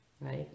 right